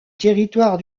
territoire